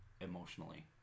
emotionally